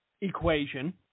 equation